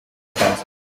tanzania